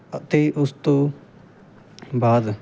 ਅਤੇ ਉਸ ਤੋਂ ਬਾਅਦ